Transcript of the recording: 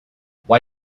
why